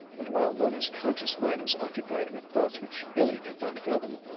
and while mona's conscious mind was occupied with thoughts which billie could not fathom,